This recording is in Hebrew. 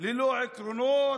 ללא עקרונות,